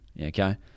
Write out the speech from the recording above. okay